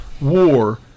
war